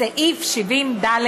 בסעיף 70ד: